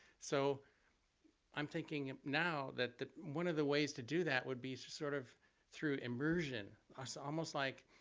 so i'm thinking now that the, one of the ways to do that would be sort of through immersion. it's almost like,